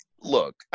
look